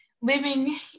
living